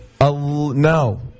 No